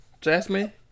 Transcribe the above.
Jasmine